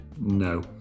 no